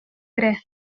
керә